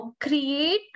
create